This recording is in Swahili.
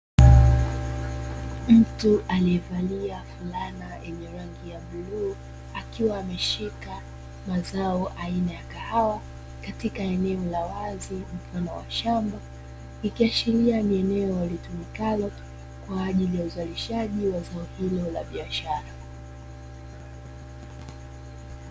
Mtu aliyevalia fulana yenye rangi ya bluu, akiwa ameshika mazao aina ya kahawa, katika eneo la wazi mfano wa shamba, ikiashiria ni eneo litumikalo kwa ajili ya uzalishaji wa zao hilo la biashara.